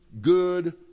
good